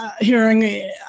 Hearing